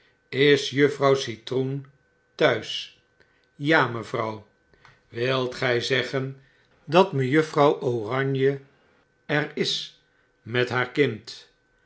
is juffrouw citroen t'huis ja mevrouw wilt gfr zeggen dat mejuffrouw oranje er is met haar kind